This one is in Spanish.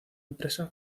empresa